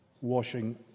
washing